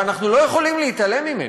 ואנחנו לא יכולים להתעלם ממנו.